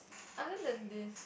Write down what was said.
other than this